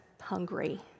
hungry